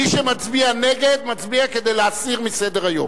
מי שמצביע נגד, מצביע כדי להסיר מסדר-היום.